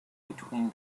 between